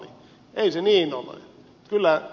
ei se niin ole